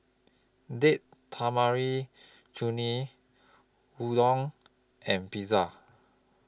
Date Tamarind Chutney Udon and Pizza